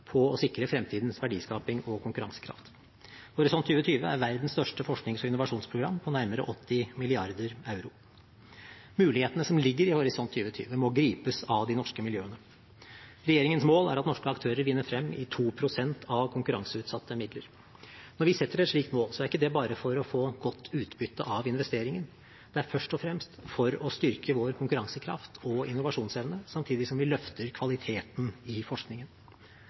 på å sikre fremtidens verdiskaping og konkurransekraft. Horisont 2020 er verdens største forsknings- og innovasjonsprogram, på nærmere 80 mrd. euro. Mulighetene som ligger i Horisont 2020, må gripes av de norske miljøene. Regjeringens mål er at norske aktører vinner frem i 2 pst. av konkurranseutsatte midler. Når vi setter et slikt mål, er det ikke bare for å få godt utbytte av investeringen. Det er først og fremst for å styrke vår konkurransekraft og innovasjonsevne, samtidig som vi løfter kvaliteten i forskningen.